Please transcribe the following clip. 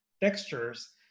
textures